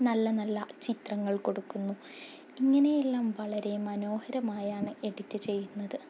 നല്ല നല്ല ചിത്രങ്ങൾ കൊടുക്കുന്നു ഇങ്ങനെയെല്ലാം വളരെ മനോഹരമായാണ് എഡിറ്റ് ചെയ്യുന്നത്